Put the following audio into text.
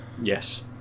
yes